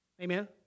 Amen